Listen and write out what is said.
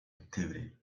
activity